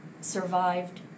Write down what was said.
survived